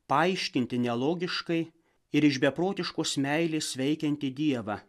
paaiškinti nelogiškai ir iš beprotiškos meilės veikiantį dievą